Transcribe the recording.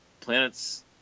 planets